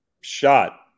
shot